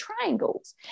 triangles